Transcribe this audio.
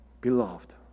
beloved